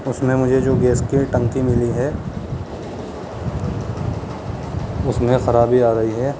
اس میں مجھے جو گیس کی ٹنکی ملی ہے اس میں خرابی آ رہی ہے